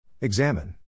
Examine